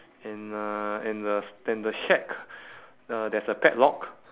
and uh and the s~ and the shack uh there's a padlock